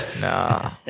Nah